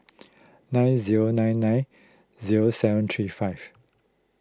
nine zero nine nine zero seven three five